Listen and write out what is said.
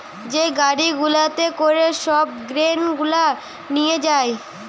যে গাড়ি গুলাতে করে সব গ্রেন গুলা লিয়ে যায়